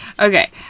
Okay